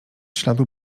śladu